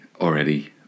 already